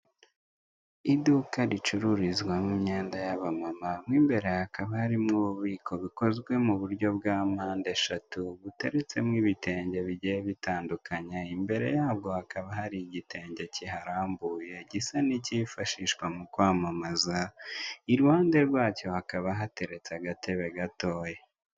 Iduka ricururizwamo imyenda yaba mama mo imbere hakaba hari mu ububiko bikozwe mu buryo bwa mpandeshatu, buteretsemo ibitenge bigiye bitandukanye, imbere yaho hakaba hari igitenge kiharambuye gisa nk'ikifashishwa mu kwamamaza iruhande rwacyo, hakaba hateretse agatebe gatoya.